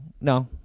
no